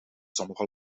sommige